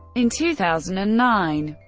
in two thousand and nine,